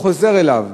הוא חוזר אליו